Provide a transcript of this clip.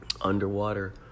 underwater